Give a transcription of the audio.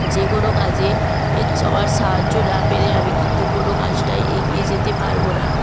যে কোনো কাজে এ সবার সাহায্য না পেলে আমি কিন্তু কোন কাজটায় এগিয়ে যেতে পারব না